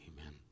amen